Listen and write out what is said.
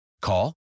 Call